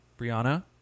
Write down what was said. Brianna